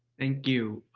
thank you.